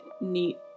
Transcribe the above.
neat